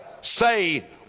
say